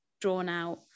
drawn-out